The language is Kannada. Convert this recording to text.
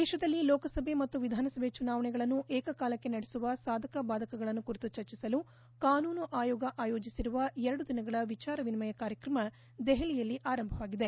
ದೇಶದಲ್ಲಿ ಲೋಕಸಭೆ ಮತ್ತು ವಿಧಾನಸಭೆ ಚುನಾವಣೆಗಳನ್ನು ಏಕಕಾಲಕ್ಕೆ ನಡೆಸುವ ಸಾಧಕ ಬಾಧಕಗಳನ್ನು ಕುರಿತು ಚರ್ಚಿಸಲು ಕಾನೂನು ಆಯೋಗ ಆಯೋಜಿಸಿರುವ ಎರಡು ದಿನಗಳ ವಿಚಾರ ವಿನಿಮಯ ಕಾರ್ಯಕ್ರಮ ದೆಹಲಿಯಲ್ಲಿ ಆರಂಭವಾಗಿದೆ